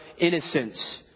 innocence